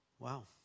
Wow